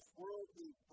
worldly